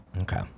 Okay